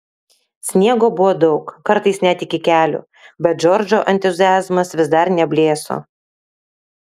sniego buvo daug kartais net iki kelių bet džordžo entuziazmas vis dar neblėso